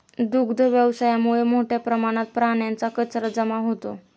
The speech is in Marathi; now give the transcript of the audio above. दुग्ध व्यवसायामुळे मोठ्या प्रमाणात प्राण्यांचा कचरा जमा होतो